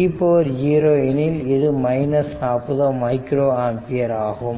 e0 எனில் இது 40 micro ampere ஆகும்